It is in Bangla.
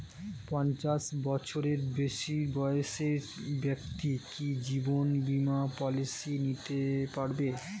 পঞ্চাশ বছরের বেশি বয়সের ব্যক্তি কি জীবন বীমা পলিসি নিতে পারে?